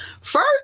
first